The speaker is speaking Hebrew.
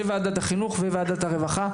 של וועדת החינוך וועדת הרחבה,